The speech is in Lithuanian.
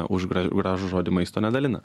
už gra gražų žodį maisto nedalina